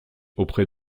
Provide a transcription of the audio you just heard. auprès